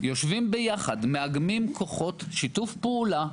יושבים ביחד, מאגמים כוחות, יש שיתוף פעולה.